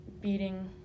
beating